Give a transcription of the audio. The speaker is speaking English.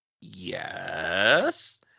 Yes